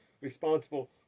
responsible